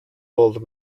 old